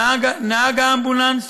נהג האמבולנס,